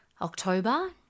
October